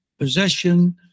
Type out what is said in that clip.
possession